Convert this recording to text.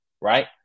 right